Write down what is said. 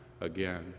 again